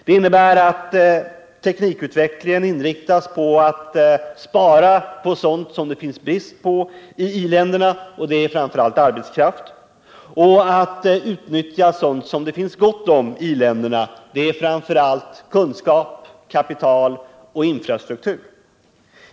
Det innebär att teknikutvecklingen inriktas på att spara på sådant som det är brist på i industriländerna, framför allt arbetskraft, och att utnyttja sådant som det finns gott om ii-länderna, framför allt kunskap, kapital och infrastruktur.